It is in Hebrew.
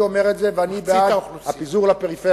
אני אומר את זה, ואני בעד הפיזור לפריפריה.